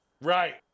Right